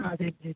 ആ ശരി ചേച്ചി